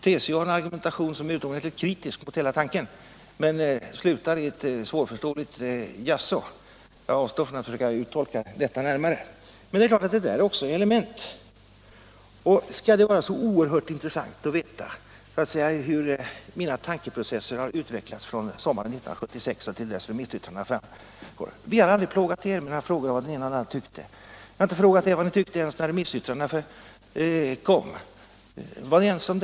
TCO har en argumentation som är utomordentligt kritisk mot hela banken men slutar i ett svårförståeligt jaså. Jag avstår från att försöka uttolka detta närmare. Men det här är naturligtvis också element i bedömningen. Skall det nu vara så oerhört intressant att veta hur mina tankeprocesser har utvecklats från sommaren 1976 till dess remissyttrandena kom fram? Vi har inte plågat er med några frågor om vad den ena eller andra tyckte, vi har inte frågat er vad ni tyckte ens när remissyttrandena kom.